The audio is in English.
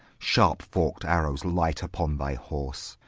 sharp forked arrows light upon thy horse!